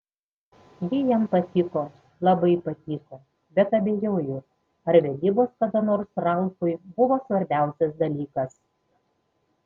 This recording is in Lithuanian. ji jam patiko labai patiko bet abejoju ar vedybos kada nors ralfui buvo svarbiausias dalykas